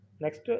Next